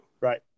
Right